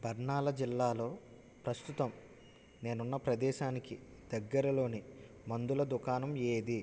బర్నాలా జిల్లాలో ప్రస్తుతం నేనున్న ప్రదేశానికి దగ్గరలోని మందుల దుకాణం ఏది